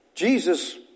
Jesus